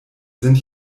sind